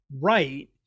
right